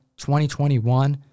2021